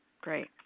great